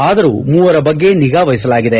ಆದರೂ ಮೂವರ ಬಗ್ಗೆ ನಿಗಾ ವಹಿಸಲಾಗಿದೆ